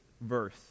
verse